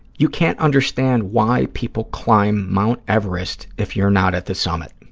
you can't understand why people climb mount everest if you're not at the summit.